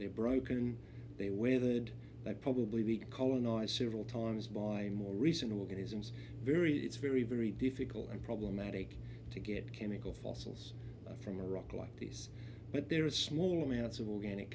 they're broken they weathered that probably be colonized several times by more recent organisms very it's very very difficult and problematic to get chemical fossils from a rock like this but there are small amounts of organic